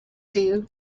dew